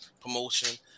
promotion